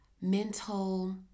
mental